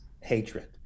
hatred